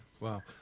Wow